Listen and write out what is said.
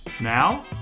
Now